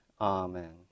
Amen